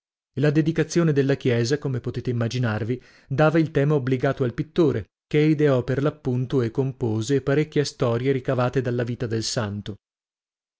la dedicazione della chiesa come potete immaginarvi dava il tema obbligato al pittore che ideò per l'appunto e compose parecchie storie ricavate dalla vita del santo